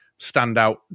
standout